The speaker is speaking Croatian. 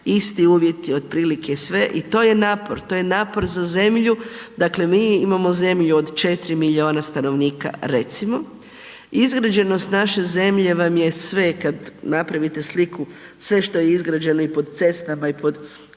isti uvjeti otprilike sve i to je napor, to je napor za zemlju, dakle mi imamo zemlju, dakle mi imamo zemlju od 4 milijuna stanovnika recimo, izgrađenost naše zemlje vam je sve kad napravite sliku, sve što je izgrađeno i po cestama i po kućama